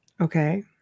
Okay